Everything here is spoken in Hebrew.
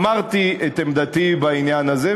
אמרתי את עמדתי בעניין הזה,